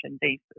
basis